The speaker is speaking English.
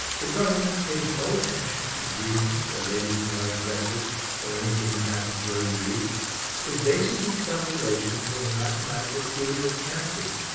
the government pays no attention to dreams or ladies in white dresses or anything that happens during the week it bases its calculations on the mathematical theory of chances,